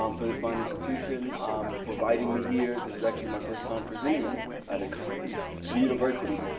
um for this fine institution for inviting me here. this is actually my first time presenting at ah at a college, at a university.